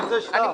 אלו התיקים.